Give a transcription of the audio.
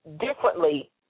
differently